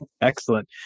Excellent